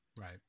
Right